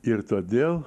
ir todėl